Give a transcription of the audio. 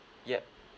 yup